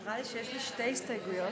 נראה לי שיש לי שתי הסתייגויות.